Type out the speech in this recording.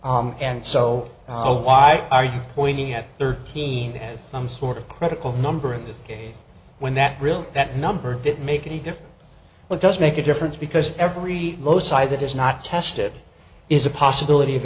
and so why are you pointing at thirteen as some sort of critical number in this case when that really that number didn't make any difference but does make a difference because every low side that is not tested it is a possibility of